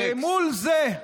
ומול זה,